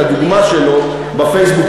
את הדוגמה שלו בפייסבוק,